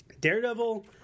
Daredevil